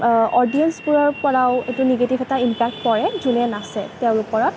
অডিয়েঞ্চবোৰৰ পৰাও এইটো নিগেটিভ এটা ইমপেক পৰে যোনে নাচে তেওঁৰ পৰা